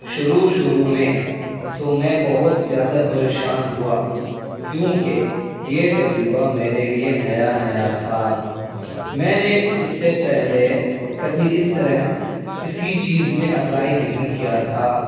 شروع شروع میں تو میں بہت زیادہ پریشان ہوا کیونکہ یہ تجربہ میرے لیے نیا نیا تھا میں نے اس سے پہلے کبھی اس طرح کسی چیز میں اپلائی نہیں کیا تھا